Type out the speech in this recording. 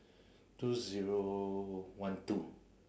two zero one two